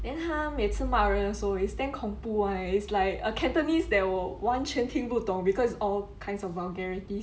then 他每次骂人的时候 is damn 恐怖 [one] leh is like a cantonese that 我完全听不懂 because is all kinda of vulgarities